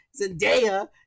Zendaya